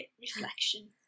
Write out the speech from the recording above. reflection